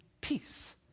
peace